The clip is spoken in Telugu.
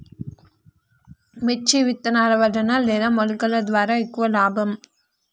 మిర్చి విత్తనాల వలన లేదా మొలకల ద్వారా ఎక్కువ లాభం?